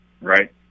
right